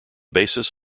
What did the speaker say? basis